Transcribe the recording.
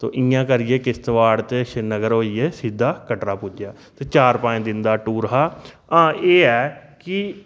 ते इयां करियै किश्तवाड़ ते श्रीनगर होइयै सिद्धा कटड़ा पुज्जेआ ते चार पंज दिन दा टूर हा हां एह् ऐ कि